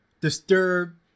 disturbed